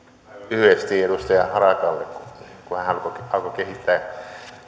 lyhyesti edustaja harakalle kun hän alkoi kehittää